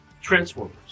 Transformers